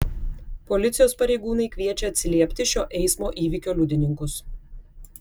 policijos pareigūnai kviečia atsiliepti šio eismo įvykio liudininkus